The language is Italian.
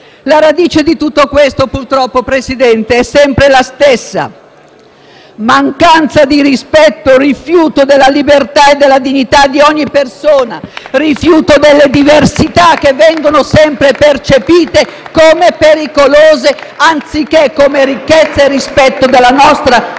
La radice di tutto questo, purtroppo, signor Presidente, è sempre la stessa: mancanza di rispetto, rifiuto della libertà e della dignità di ogni persona; rifiuto delle diversità, che vengono sempre percepite come pericolose, anziché come ricchezza e rispetto della nostra